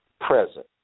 present